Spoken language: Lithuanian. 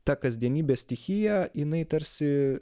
ta kasdienybės stichija jinai tarsi